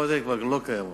התופעות האלה כבר לא קיימות.